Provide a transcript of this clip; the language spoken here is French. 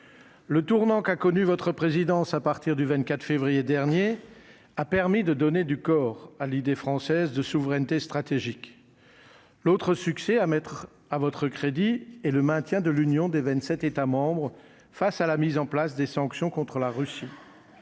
le tournant qu'a connu votre présidence à partir du 24 février dernier a permis de donner du corps à l'idée française de souveraineté stratégique, l'autre succès à mettre à votre crédit et le maintien de l'union des 27 États membres face à la mise en place des sanctions contre la Russie,